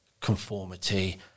conformity